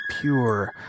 pure